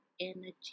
energy